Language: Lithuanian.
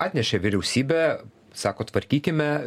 atnešė vyriausybė sako tvarkykime